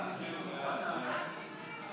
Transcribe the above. התשפ"ב 2022, לוועדה שתקבע